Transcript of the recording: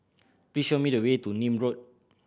please show me the way to Nim Road